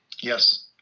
Yes